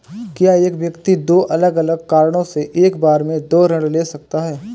क्या एक व्यक्ति दो अलग अलग कारणों से एक बार में दो ऋण ले सकता है?